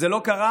זה לא קרה